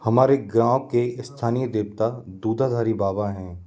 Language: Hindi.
हमारे गाँव के स्थानीय देवता दूताधारी बाबा हैं